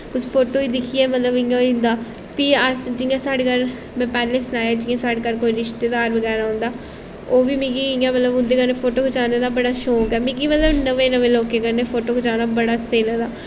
उस फोटो गी दिक्खियै मतलब इ'यां होई जंदा फ्ही अस जियां साढ़े घर में पैह्लें सनाया जियां साढ़े घर कोई रिश्तेदार बगैरा औंदा ओह् बी मिगी इ'यां मतलब उंटदे कन्नै फोटो खचाने दा बड़ा शौंक ऐ मिगी मतलब नमें नमें लोकें कन्नै फोटो खचाना बड़ा स्हेई लगदा